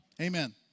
amen